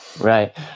Right